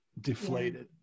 deflated